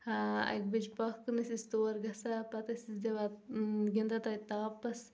اکہِ بجہٕ پتھ کُن ٲسۍ أسۍ تور گژھان پتہٕ ٲسۍ أسۍ دِوان گِنٛدان تتہِ تاپس